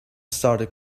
started